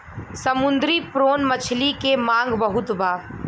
समुंदरी प्रोन मछली के मांग बहुत बा